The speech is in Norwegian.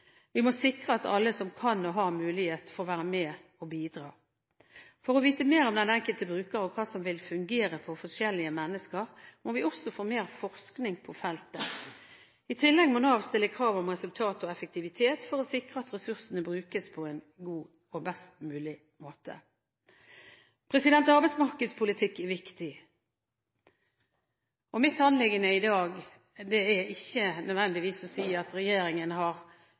Vi må sikre at alle som kan og har mulighet, får være med og bidra. For å vite mer om den enkelte bruker og hva som vil fungere for forskjellige mennesker, må vi også få mer forskning på feltet. I tillegg må Nav stille krav om resultat og effektivitet for å sikre at ressursene brukes på en best mulig måte. Arbeidsmarkedspolitikk er viktig, og mitt anliggende i dag er ikke nødvendigvis å si at regjeringen har